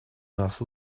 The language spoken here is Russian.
нас